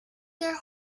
their